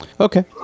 Okay